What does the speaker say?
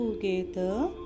Together